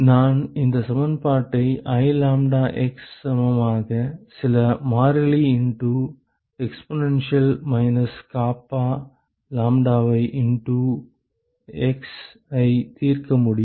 நான் இந்த சமன்பாட்டை I லாம்ப்டா x சமமாக சில மாறிலி இண்டு எக்ஸ்போனென்ஷியல் மைனஸ் கப்பா லாம்ப்டாவை இண்டு x ஐ தீர்க்க முடியும்